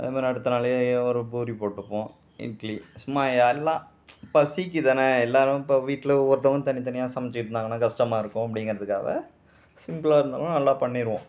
அது மாதிரி அடுத்த நாளே எ ஒரு பூரி போட்டுப்போம் இட்லி சும்மா எல்லாம் பசிக்கு தான் எல்லாரும் இப்போ வீட்டில் ஒவ்வொருத்தவங்க தனிதனியாக சமச்சுக்கிட்டு இருந்தாங்கனால் கஷ்டமாக இருக்கும் அப்படிங்கிறதுக்காவ சிம்ப்ளாக இருந்தாலும் நல்லா பண்ணிருவோம்